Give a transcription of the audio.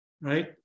right